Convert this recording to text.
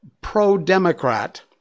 pro-Democrat